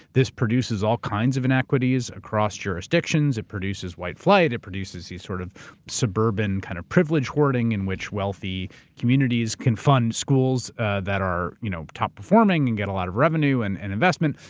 this produces all kinds of inequities across jurisdictions. it produces white flight, it produces the sort of suburban kind of privilege hoarding in which wealthy communities can fund schools that are you know top performing and get a lot of revenue and and investment.